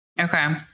Okay